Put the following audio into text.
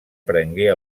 prengué